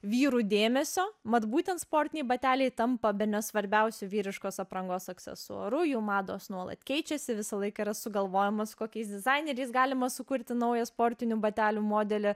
vyrų dėmesio mat būtent sportiniai bateliai tampa bene svarbiausiu vyriškos aprangos aksesuaru jų mados nuolat keičiasi visą laiką yra sugalvojam a su kokiais dizaineriais galima sukurti naują sportinių batelių modelį